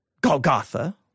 Golgotha